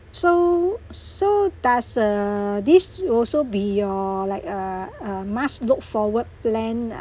so so does uh this will also be your like uh uh must look forward plan